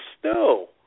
snow